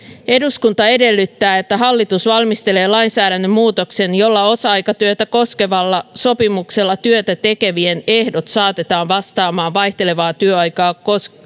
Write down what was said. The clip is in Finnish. eduskunta edellyttää että hallitus valmistelee lainsäädännön muutoksen jolla osa aikatyötä koskevalla sopimuksella työtä tekevien ehdot saatetaan vastaamaan vaihtelevaa työaikaa